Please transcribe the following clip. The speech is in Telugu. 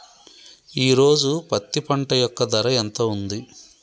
ఈ రోజు పత్తి పంట యొక్క ధర ఎంత ఉంది?